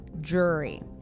jury